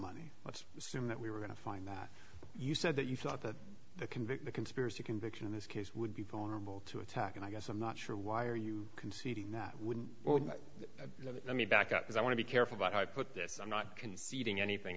money let's assume that we were going to find that you said that you thought that the convict the conspiracy conviction in this case would be vulnerable to attack and i guess i'm not sure why are you conceding that wouldn't let me back up is i want to be careful about how i put this i'm not conceding anything